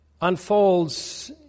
unfolds